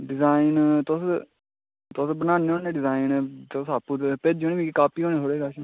design तुस तुस बनान्ने होन्ने डिजाईन तुस आपूं भेजेओ निं मिकी कापी होनी निं थुआढ़े कश